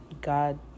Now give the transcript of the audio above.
God